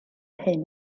hyn